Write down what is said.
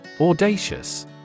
Audacious